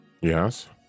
Yes